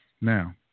Now